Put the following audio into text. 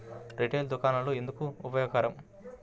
Retail దుకాణాలు ఎందుకు ఉపయోగకరం?